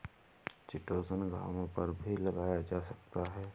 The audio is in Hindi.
चिटोसन घावों पर भी लगाया जा सकता है